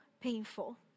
painful